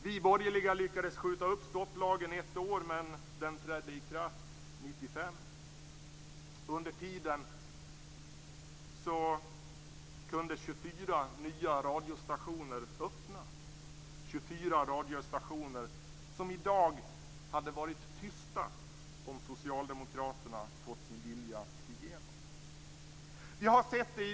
Vi borgerliga lyckade skjuta upp stopplagen ett år, men den trädde i kraft 1995. Under tiden kunde 24 nya radiostationer öppna. Dessa 24 radiostationer hade varit tysta i dag om Socialdemokraterna fått sin vilja igenom.